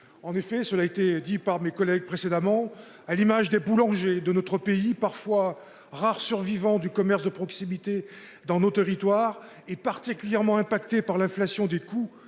En effet, cela a été dit par mes collègues précédemment à l'image des boulangers de notre pays, parfois rares survivants du commerce de proximité dans nos territoires et particulièrement impacté par l'inflation des coûts